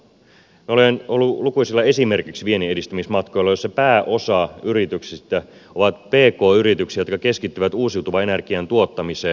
minä olen ollut esimerkiksi lukuisilla vienninedistämismatkoilla joissa pääosa yrityksistä on pk yrityksiä jotka keskittyvät uusiutuvan energian tuottamiseen